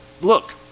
look